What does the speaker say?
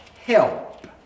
Help